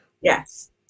yes